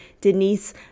Denise